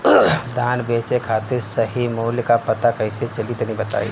धान बेचे खातिर सही मूल्य का पता कैसे चली तनी बताई?